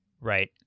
right